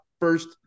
first